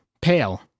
pale